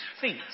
feet